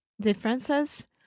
differences